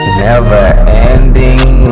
never-ending